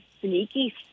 sneaky